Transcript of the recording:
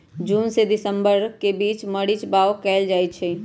जून से दिसंबर के बीच मरीच बाओ कएल जाइछइ